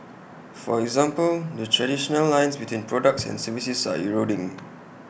for example the traditional lines between products and services are eroding